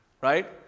right